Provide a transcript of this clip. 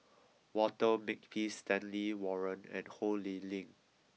Walter Makepeace Stanley Warren and Ho Lee Ling